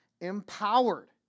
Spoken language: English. empowered